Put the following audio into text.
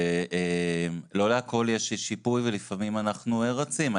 שלא להכול יש שיפוי ולפעמים אנחנו רצים.